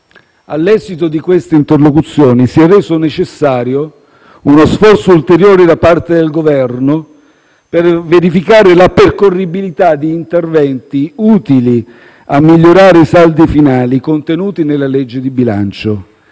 All'esito di queste interlocuzioni, si è reso necessario uno sforzo ulteriore da parte del Governo per verificare la percorribilità di interventi utili a migliorare i saldi finali contenuti nella legge di bilancio,